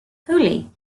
holi